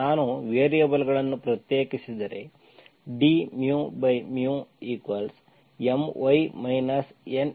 ನಾನು ವೇರಿಯೇಬಲ್ಗಳನ್ನು ಪ್ರತ್ಯೇಕಿಸಿದರೆ dμMy NxN dy